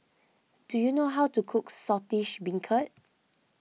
do you know how to cook Saltish Beancurd